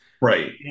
Right